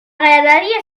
graderia